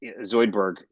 Zoidberg